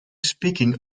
speaking